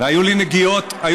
לא ייאמן.